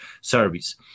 service